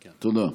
תודה.